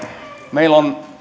meillä on